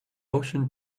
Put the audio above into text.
ocean